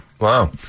Wow